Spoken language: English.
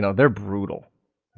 they're brutal.